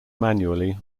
manually